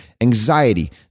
anxiety